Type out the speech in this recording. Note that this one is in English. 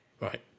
Right